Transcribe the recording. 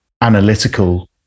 analytical